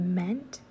meant